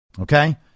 Okay